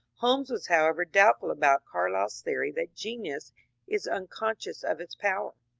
holmes was however doubtful about carlyle's theory that genius is unconscious of its power.